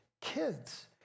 kids